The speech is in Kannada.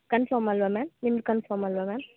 ಕನ್ಫಮ್ ಅಲ್ವ ಮ್ಯಾಮ್ ನಿಮ್ದು ಕನ್ಫಮ್ ಅಲ್ವ ಮ್ಯಾಮ್